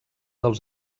dels